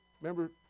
Remember